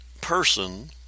person